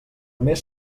més